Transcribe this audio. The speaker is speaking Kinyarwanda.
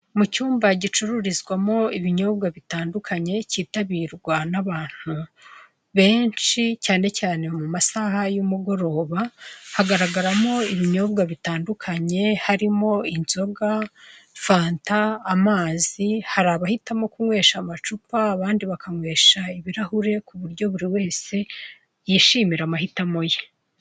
Mu cyumba gicururizwamo ibinyobwa bitandukanye kitabirwa nabantu benshi cyane cyane mu masaha y'umugoroba, hagaragaramo ibinyobwa bitandukanye harimo inzoga, fanta, amazi hari abahitamo kunywesha amacupa abandi bakanywesha ibirahuri, Kuburyo buri wese yishimira amahitamo ye.